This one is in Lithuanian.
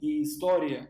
į istoriją